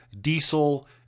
diesel